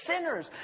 sinners